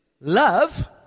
Love